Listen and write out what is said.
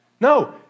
No